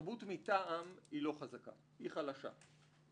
במרבית הפניות לא נמצאה עילה בכלל לפתוח בהליך,